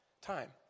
time